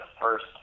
first